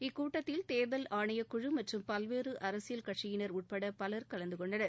இக்கூட்டத்தில் தேர்தல் ஆணையக்குழு பல்வேறு அரசியல் கட்சிகள் உள்பட பலர் கலந்து கொண்டனர்